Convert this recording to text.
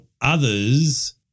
others